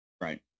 Right